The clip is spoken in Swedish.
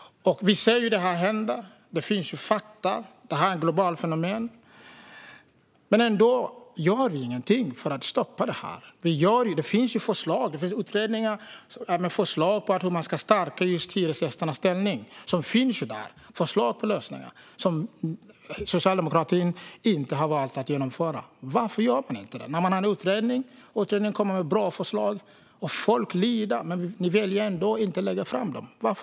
Vi ser det hända, det finns fakta och det är ett globalt fenomen. Trots att folk lider görs inget för att stoppa detta. Det finns ju utredningar och förslag om hur man ska stärka hyresgästernas ställning, men Socialdemokraterna väljer att inte lägga fram dem. Varför?